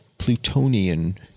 Plutonian